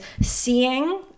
seeing